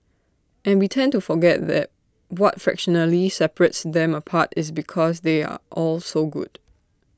and we tend to forget that what fractionally separates them apart is because they are all so good